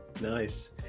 nice